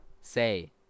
say